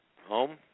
Home